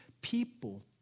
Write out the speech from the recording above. people